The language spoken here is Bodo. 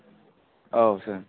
औ सार